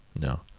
no